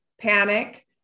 panic